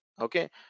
okay